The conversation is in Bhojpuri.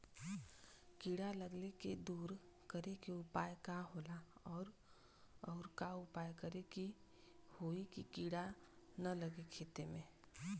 कीड़ा लगले के दूर करे के उपाय का होला और और का उपाय करें कि होयी की कीड़ा न लगे खेत मे?